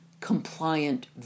Compliant